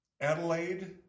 Adelaide